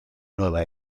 nueva